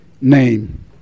Name